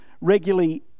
regularly